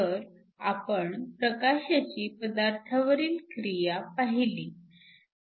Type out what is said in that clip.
तर आपण प्रकाशाची पदार्थावरील क्रिया पाहिली